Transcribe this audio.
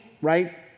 right